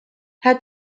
had